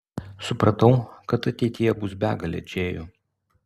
supratau kad ateityje bus begalė džėjų